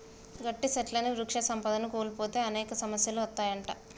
గట్టి సెట్లుని వృక్ష సంపదను కోల్పోతే అనేక సమస్యలు అత్తాయంట